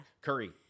curry